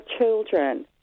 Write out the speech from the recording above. children